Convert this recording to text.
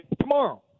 tomorrow